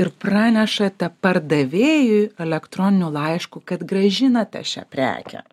ir pranešate pardavėjui elektroniniu laišku kad grąžinate šią prekę